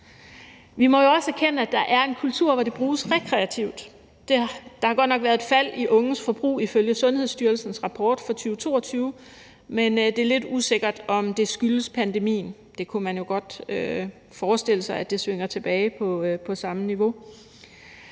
Vi må jo også erkende, at der er en kultur, hvor det bruges rekreativt. Der har godt nok været et fald i unges forbrug ifølge Sundhedsstyrelsens rapport fra 2022, men det er lidt usikkert, om det skyldes pandemien. Der kunne man jo godt forestille sig, at det svinger tilbage på samme niveau,